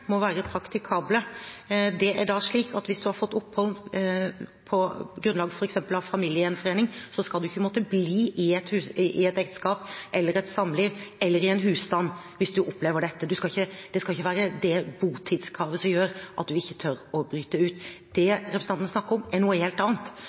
må være praktikable. Hvis man har fått opphold på grunnlag av f.eks. familiegjenforening, skal man ikke måtte bli i et ekteskap eller et samliv eller en husstand hvis man opplever dette. Det skal ikke være botidskravet som gjør at man ikke tør å bryte ut.